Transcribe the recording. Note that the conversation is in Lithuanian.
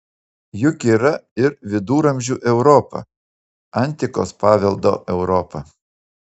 juk yra ir viduramžių europa antikos paveldo europa